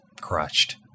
crushed